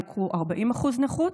יוכרו 40% נכות,